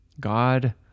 God